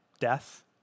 death